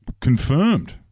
confirmed